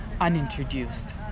unintroduced